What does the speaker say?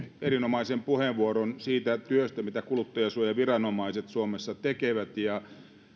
erinomaisen puheenvuoron siitä työstä mitä kuluttajansuojaviranomaiset suomessa tekevät ja